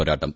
പോരാട്ടം